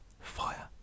Fire